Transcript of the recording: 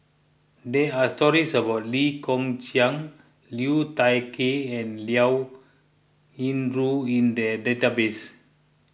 there are stories about Lee Kong Chian Liu Thai Ker and Liao Yingru in the database